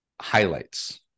highlights